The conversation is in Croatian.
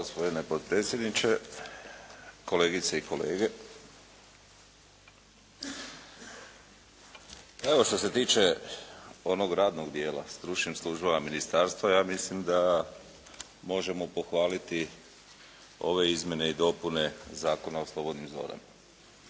Hvala gospodine potpredsjedniče, kolegice i kolege. Evo što se tiče onog radnog dijela stručnim službama ministarstva ja mislim da možemo pohvaliti ove izmjene i dopune Zakona o slobodnim zonama,